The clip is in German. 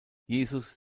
jesus